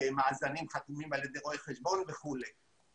מאזנים חתומים על ידי רואה חשבון וכולי.